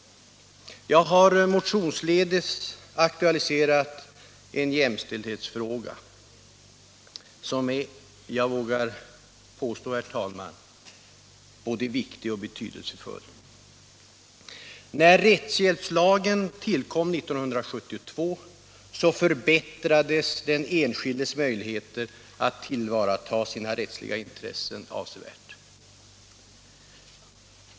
Jag har motionsledes aktualiserat en jämställdhetsfråga som är — det vågar jag påstå, herr talman — både viktig och betydelsefull. När rättshjälpslagen tillkom 1972 förbättrades den enskildes möjligheter att tillvarata sina rättsliga intressen avsevärt.